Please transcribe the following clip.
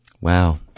Wow